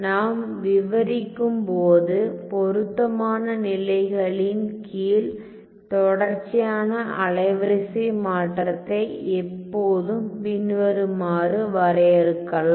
நாம் விவரிக்கப்போகும் பொருத்தமான நிலைமைகளின் கீழ் தொடர்ச்சியான அலைவரிசை மாற்றத்தை எப்போதும் பின்வருமாறு வரையறுக்கலாம்